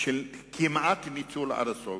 בכמעט ניצול עד הסוף.